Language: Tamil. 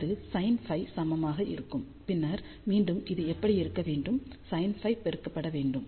அது sinΦ சமமாக இருக்கும் பின்னர் மீண்டும் இது இப்படி இருக்க வேண்டும் sinΦ பெருக்கப்பட வேண்டும்